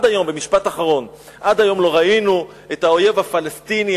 ומשפט אחרון: עד היום לא ראינו את האויב הפלסטיני,